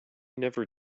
never